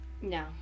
No